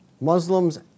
Muslims